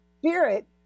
Spirit